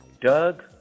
Doug